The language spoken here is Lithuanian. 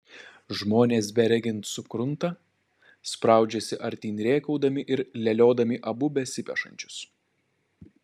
žmonės beregint sukrunta spraudžiasi artyn rėkaudami ir leliodami abu besipešančius